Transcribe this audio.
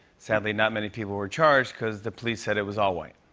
sadly, not many people were charged because the police said it was all white.